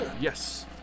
Yes